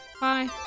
Bye